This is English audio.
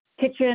kitchen